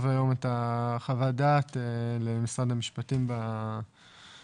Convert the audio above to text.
היום את חוות הדעת למשרד המשפטים בנושא.